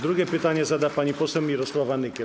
Drugie pytanie zada pani poseł Mirosława Nykiel.